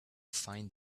find